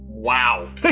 Wow